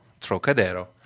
Trocadero